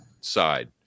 side